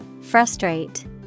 Frustrate